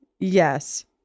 yes